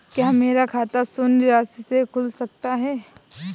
क्या मेरा खाता शून्य राशि से खुल सकता है?